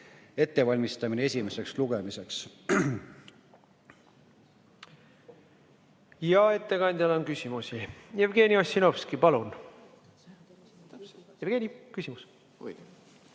ettevalmistamine esimeseks lugemiseks. Ettekandjale on küsimusi. Jevgeni Ossinovski, palun! Jevgeni, küsimus!